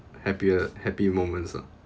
happier happy moments ah